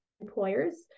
employers